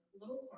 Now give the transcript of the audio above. little